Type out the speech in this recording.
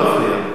אני רוצה לשאול.